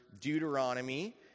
Deuteronomy